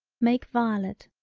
make violet,